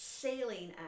sailing